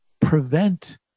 prevent